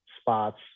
spots